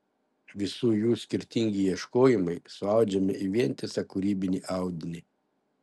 visų jų skirtingi ieškojimai suaudžiami į vientisą kūrybinį audinį